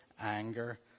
anger